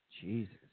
Jesus